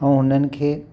ऐं हुननि खे